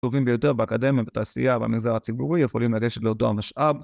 תשובים ביותר באקדמיה, בתעשייה ובמגזר הציבורי, יכולים לרשת להודות על משאב